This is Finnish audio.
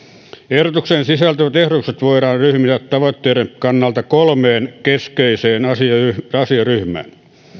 ehdotukseen sisältyvät ehdotukset voidaan ryhmittää tavoitteiden kannalta kolmeen keskeiseen asiaryhmään